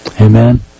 Amen